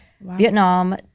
Vietnam